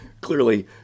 clearly